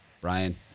Brian